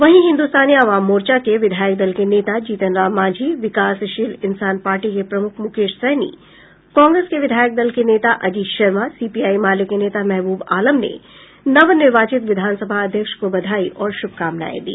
वहीं हिन्दुस्तानी अवाम मोर्चा के विधायक दल के नेता जीतन राम मांझी विकासशील इंसान पार्टी के प्रमुख मुकेश सहनी कांग्रेस के विधायक दल के नेता अजीत शर्मा सीपीआई माले के नेता महबूब आलम ने नवनिर्वाचित विधानसभा अध्यक्ष को बधाई और शुभकामनांए दी